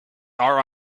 are